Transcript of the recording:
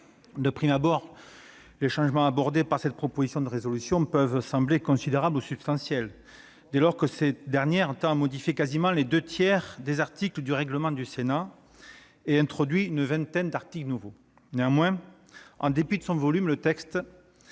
De prime abord, les changements apportés par cette proposition de résolution peuvent sembler considérables ou substantiels, dès lors qu'elle tend à modifier quasiment les deux tiers des articles du règlement du Sénat et à introduire une vingtaine de nouveaux articles. Néanmoins, en dépit de son volume, le texte